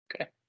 Okay